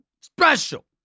Special